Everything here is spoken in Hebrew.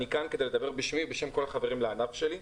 אני כאן בשם כל חבריי לענף,